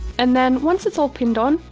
and then, once it's all pinned on,